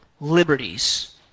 liberties